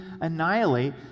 annihilate